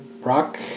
rock